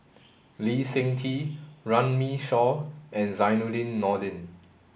Lee Seng Tee Runme Shaw and Zainudin Nordin